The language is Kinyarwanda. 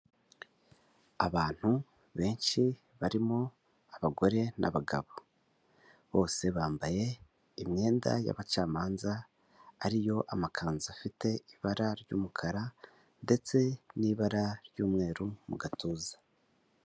Abantu benshi barimo abagore n'abagabo, bose bambaye imyenda y'abacamanza, ariyo amakanzu afite ibara ry'umukara, ndetse n'ibara ry'umweru mu gatuza.